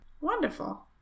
Wonderful